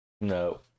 no